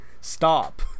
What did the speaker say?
Stop